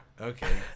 Okay